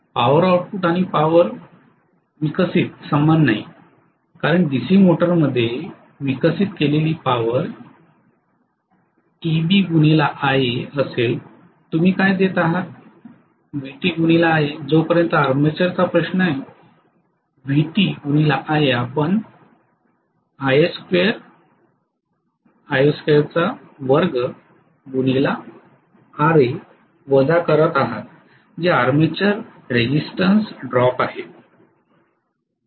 power output आणि power विकसित समान नाही कारण डीसी मोटरमध्ये विकसित केलेली पॉवर EbIa असेल तर तुम्ही काय देत आहात VtIa जोपर्यंत आर्मेचरचा प्रश्न आहे VtIa आपण Ia2R a वजा करत आहात जे आर्मेचर रेसिस्टन्स ड्रॉप आहे